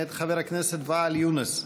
מאת חבר הכנסת ואאל יונס.